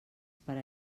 per